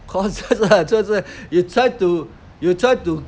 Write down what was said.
course lah 就是 you try to you try to